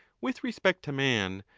with respect to man,